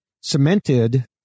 cemented